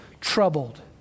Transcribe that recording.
Troubled